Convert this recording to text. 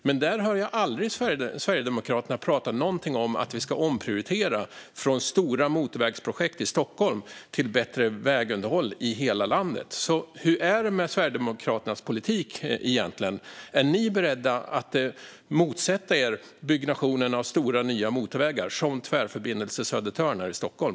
Men jag hör jag aldrig Sverigedemokraterna prata om att omprioritera från stora motorvägsprojekt i Stockholm till bättre vägunderhåll i hela landet. Hur är det egentligen med Sverigedemokraternas politik? Är ni beredda att motsätta er byggnation av nya, stora motorvägar, som Tvärförbindelse Södertörn, här i Stockholm?